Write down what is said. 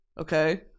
Okay